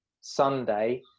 Sunday